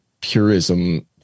purism